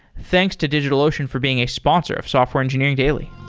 thanks to digitalocean for being a sponsor of software engineering daily.